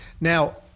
Now